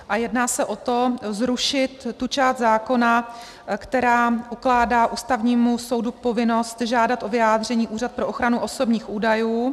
A jedná se o to, zrušit tu část zákona, která ukládá Ústavnímu soudu povinnost žádat o vyjádření Úřad pro ochranu osobních údajů.